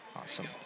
Awesome